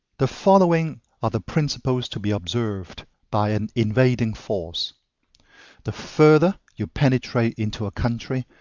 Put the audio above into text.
the following are the principles to be observed by an invading force the further you penetrate into a country,